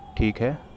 ٹھیک ہے